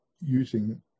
using